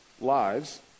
lives